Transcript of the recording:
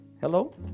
Hello